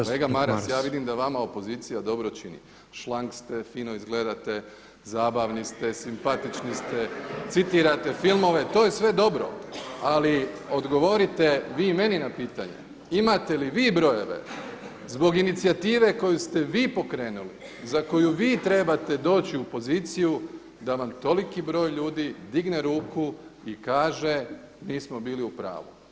Kolega Maras ja vidim da vama opozicija dobro čini, šlang ste, fino izgledate, zabavni ste, simpatični ste, citirate filmove to je sve dobro, ali odgovorite vi meni na pitanje, imate li vi brojeve zbog inicijative koju ste vi pokrenuli, za koju vi trebate doći u poziciju da vam toliki broj ljudi digne ruku i kaže nismo bili u pravu.